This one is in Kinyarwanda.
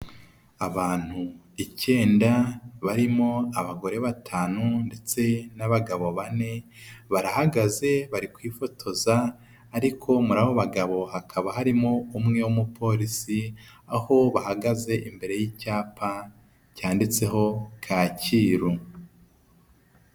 Abantu icyenda barimo abagore batanu ndetse n'abagabo bane, barahagaze bari kwifotoza ariko muri abo bagabo hakaba harimo umwe w'umupolisi aho bahagaze imbere y'icyapa cyanditseho kacyiru.